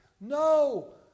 no